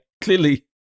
clearly